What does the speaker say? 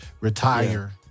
retire